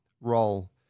role